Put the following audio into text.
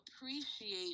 appreciate